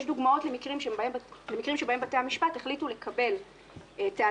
יש דוגמאות למקרים שבהם בתי המשפט החליטו לקבל טענות